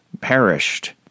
perished